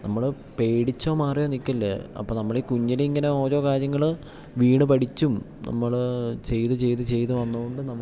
നമ്മൾ പേടിച്ചോ മാറിയോ നിൽക്കില്ലേ അപ്പം നമ്മൾ ഈ കുഞ്ഞിൽ ഇങ്ങനെ ഓരോ കാര്യങ്ങൾ വീണു പഠിച്ചും നമ്മൾ ചെയ്തു ചെയ്തു ചെയ്തു വന്നു കൊണ്ട് നമുക്ക്